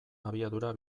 abiadura